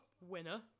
winner